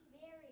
Mary